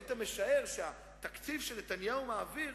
תתקפל עכשיו, תהיה גבר.